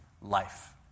life